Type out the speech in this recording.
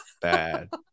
bad